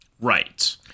right